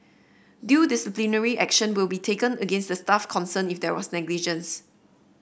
due disciplinary action will be taken against the staff concerned if there was negligence